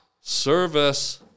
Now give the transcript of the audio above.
Service